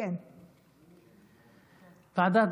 לא, שנייה.